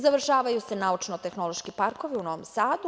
Završavaju se naučno-tehnološki parkovi u Novom Sadu.